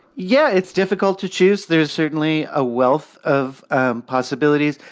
yeah, it's difficult to choose. there's certainly a wealth of um possibilities.